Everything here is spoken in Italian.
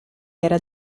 era